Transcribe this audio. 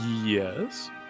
Yes